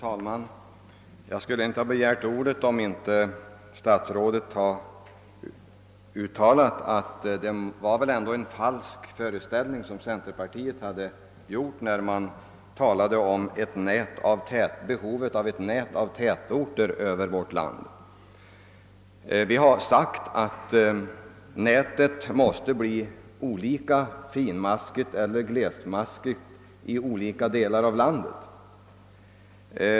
Herr talman! Jag skulle inte ha begärt ordet, om inte statsrådet i sin senaste replik sagt att centerpartiet väl ändå ingett folk en falsk föreställning när man talade om behovet av ett nät av tätorter över hela vårt land. Vi har sagt att nätet av tätorter måste ha en växlande finmaskighet i olika delar av landet.